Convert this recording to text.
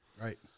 right